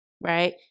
right